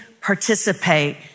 participate